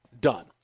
Done